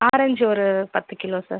orange ஒரு பத்து kilo sir